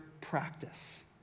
practice